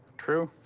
true